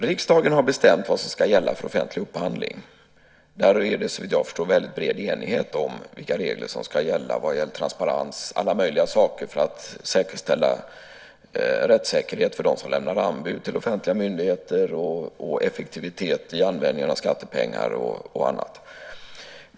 Riksdagen har bestämt vad som ska gälla för offentlig upphandling. Såvitt jag förstår är det väldigt bred enighet om vilka regler som ska gälla i fråga om transparens med mera för att säkerställa rättssäkerhet för dem som lämnar anbud till offentliga myndigheter, effektivitet i användningen av skattepengar och annat.